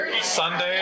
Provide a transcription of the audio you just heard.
Sunday